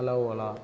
hello ola